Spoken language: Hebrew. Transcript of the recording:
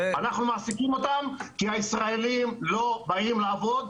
אנחנו מעסיקים אותם כי הישראלים לא באים לעבוד,